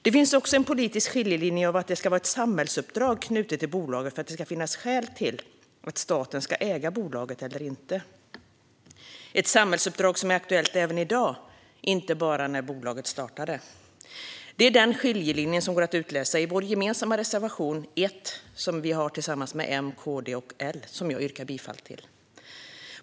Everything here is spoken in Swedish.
Det finns också en politisk skiljelinje om det ska vara ett samhällsuppdrag knutet till bolaget för att det ska finnas skäl till att staten ska äga bolaget. Det är ett samhällsuppdrag som är aktuellt även i dag, inte bara när det startade. Det är den skiljelinjen som går att utläsa i vår gemensamma reservation 1, som vi har tillsammans med M, KD och L och som jag yrkar bifall till.